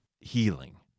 healing